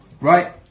Right